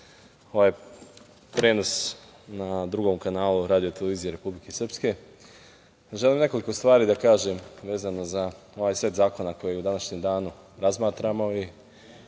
ovaj prenos na Drugom kanalu Radio-televizije Republike Srpske, želim nekoliko stvari da kažem vezano za ovaj set zakona koji u današnjem danu razmatramo i